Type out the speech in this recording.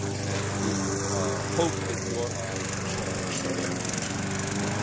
and to hope that your eyes will fall on something exciting.